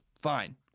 Fine